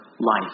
life